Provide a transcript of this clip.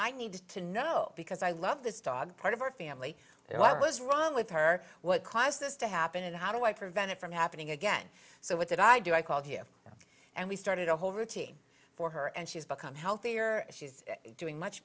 i need to know because i love this dog part of our family and what was wrong with her what caused this to happen and how do i prevent it from happening again so what did i do i called you and we started a whole routine for her and she's become healthier she's doing much